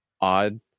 odd